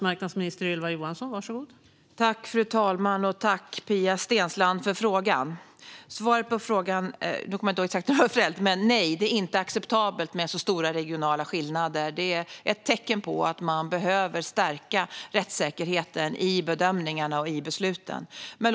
Fru talman! Tack, Pia Steensland, för frågan! Svaret är nej, det är inte acceptabelt med så stora regionala skillnader. Det är ett tecken på att man behöver stärka rättssäkerheten i bedömningarna och besluten.